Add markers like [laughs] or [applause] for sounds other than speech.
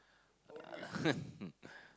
uh [laughs]